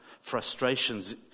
Frustrations